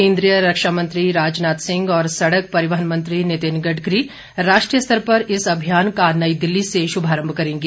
केन्द्रीय रक्षा मंत्री राजनाथ सिंह और सड़क परिवहन मंत्री नितिन गडकरी राष्ट्रीय स्तर पर इस अभियान का नई दिल्ली से शुभारम्भ करेंगे